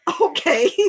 Okay